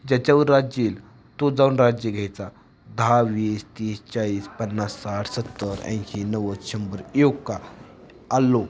ज्याच्यावर राज्य येईल तो जाऊन राज्य घ्यायचा दहा वीस तीस चाळीस पन्नास साठ सत्तर ऐंशी नव्वद शंभर येऊ का आलो